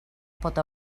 pot